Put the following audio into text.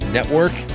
Network